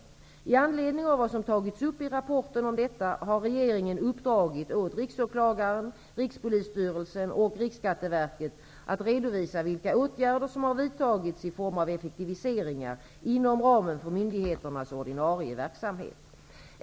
Med anledning av vad som tagits upp i rapporten om detta har regeringen uppdragit åt riksåklagaren, Rikspolisstyrelsen och Riksskatteverket att redovisa vilka åtgärder som har vidtagits i form av effektiviseringar inom ramen för myndigheternas ordinarie verksamhet.